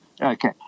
Okay